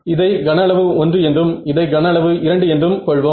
இதை கன அளவு 1 என்றும் இதை கன அளவு 2 என்றும் கொள்வோம்